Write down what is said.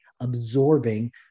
absorbing